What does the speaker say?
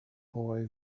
boy